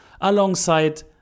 alongside